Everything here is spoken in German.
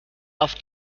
auf